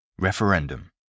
Referendum